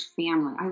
family